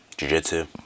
Jiu-jitsu